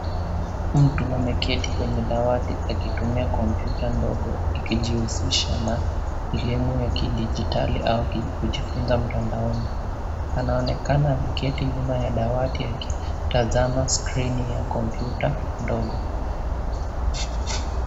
Mtu ameketi kwenye dawati akitumia kompyuta ndogo akijihusisha na elimu ya kidijitali au kujifunza mtandaoni. Anaonekana ameketi nyuma ya dawati akitazama skrini ya kompyuta ndogo.